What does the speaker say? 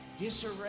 disarray